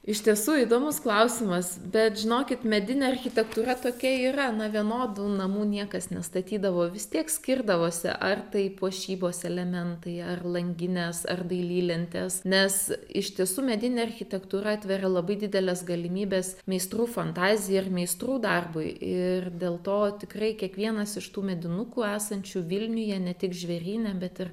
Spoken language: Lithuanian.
iš tiesų įdomus klausimas bet žinokit medinė architektūra tokia yra na vienodų namų niekas nestatydavo vis tiek skirdavosi ar tai puošybos elementai ar langinės ar dailylentės nes iš tiesų medinė architektūra atveria labai dideles galimybes meistrų fantazijai ir meistrų darbui ir dėl to tikrai kiekvienas iš tų medinukų esančių vilniuje ne tik žvėryne bet ir